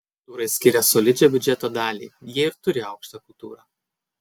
vokiečiai kultūrai skiria solidžią biudžeto dalį jie ir turi aukštą kultūrą